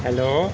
hello